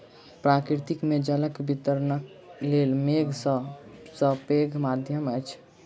प्रकृति मे जलक वितरणक लेल मेघ सभ सॅ पैघ माध्यम अछि